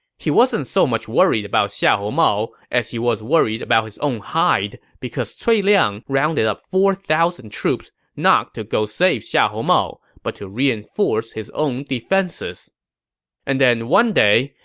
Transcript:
he wasn't so much worried about xiahou mao as he was worried about his own hide, because cui liang rounded up four thousand troops not to go save xiahou mao, but to reinforce his own defenses and then one day,